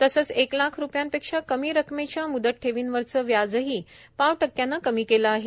तसंच एक लाख रुपयांपेक्षा कमी रकमेच्या मुदत ठेवींवरचं व्याजही पाव टक्क्यानं कमी केलं आहे